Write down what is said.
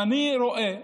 ואני רואה,